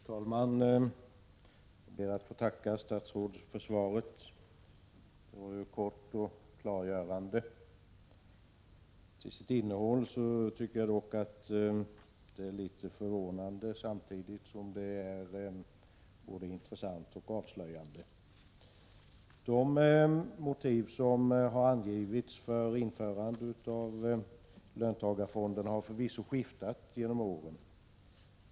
Herr talman! Jag ber att få tacka statsrådet för svaret, som var kort och klargörande. Innehållet är dock litet förvånande, samtidigt som det är både intressant och avslöjande. De motiv som har angivits för införande av löntagarfonder har förvisso skiftat genom åren.